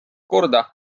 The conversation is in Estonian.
korda